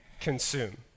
consume